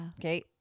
Okay